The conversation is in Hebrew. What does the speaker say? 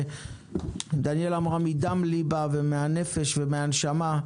דניאלה אמרה דברים מדם ליבה, ומהנפש ומהנשמה,